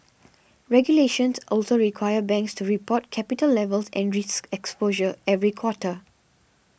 regulations also require banks to report capital levels and risk exposure every quarter